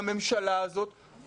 בממשלה הזאת,